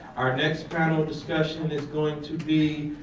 our next panel discussion is going to be.